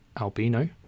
albino